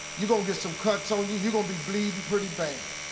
you gonna get some cuts on you. you gonna be bleeding pretty bad.